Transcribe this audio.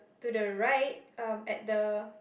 to the right um at the